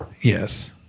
yes